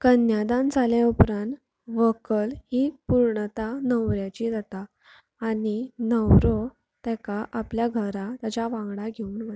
कन्यादान जालें उपरांत व्हंकल ही पुर्णता न्हवऱ्याची जाता आनी न्हवरो तेका आपल्या घरा ताच्या वांगडा घेवन वता